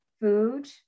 food